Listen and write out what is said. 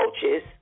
coaches